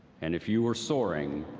and if you were soaring,